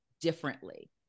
differently